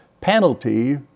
penalty